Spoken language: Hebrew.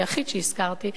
היחיד שהזכרתי,